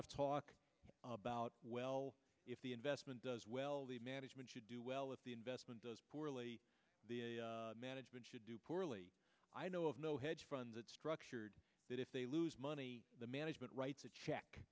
of talk about well if the investment does well the management should do well if the investment goes poorly the management should do poorly i know of no hedge fund that structured it if they lose money the management writes a check